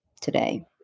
today